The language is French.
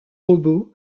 robots